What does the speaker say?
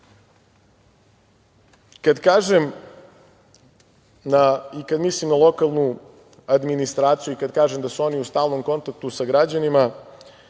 kažem i kada mislim na lokalnu administraciju i kad kažem da su oni u stalnom kontaktu sa građanima,